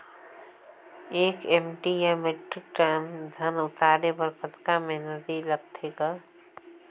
एक एम.टी या metric ton धन उतारे बर कतका मेहनती लगथे ग?